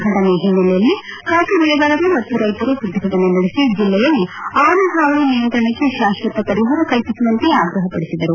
ಫಟನೆ ಹಿನ್ನೆಲೆಯಲ್ಲಿ ಕಾಫಿ ಬೆಳೆಗಾರರು ಮತ್ತು ರೈತರು ಪ್ರತಿಭಟನೆ ನಡೆಸಿ ಜಿಲ್ಲೆಯಲ್ಲಿ ಆನೆ ಹಾವಳಿ ನಿಯಂತ್ರಣಕ್ಕೆ ಶಾಶ್ವತ ಪರಿಹಾರ ಕಲ್ಪಿಸುವಂತೆ ಆಗ್ರಹ ಪಡಿಸಿದರು